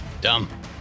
Dumb